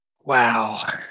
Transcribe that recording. Wow